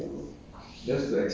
ha then after that